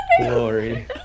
Glory